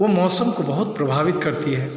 वो मौसम को बहुत प्रभावित करती है